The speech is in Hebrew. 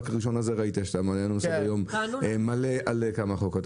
רק בראשון הזה ראית שהיה לנו יום מלא על הצעות חוק.